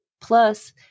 plus